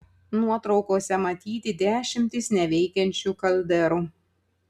nuotraukose matyti dešimtys neveikiančių kalderų